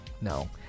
no